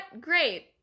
Great